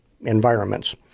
environments